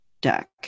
deck